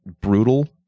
brutal